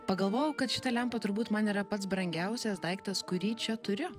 pagalvojau kad šita lempa turbūt man yra pats brangiausias daiktas kurį čia turiu